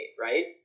right